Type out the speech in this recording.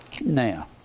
Now